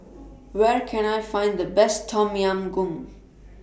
Where Can I Find The Best Tom Yam Goong